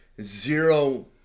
zero